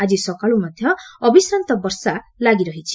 ଆକ୍ଟି ସକାଳୁ ମଧ୍ୟ ଅବିଶ୍ରାନ୍ତ ବର୍ଷା ଲାଗି ରହିଛି